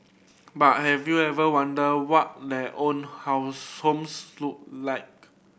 but have you ever wondered what their own house homes look like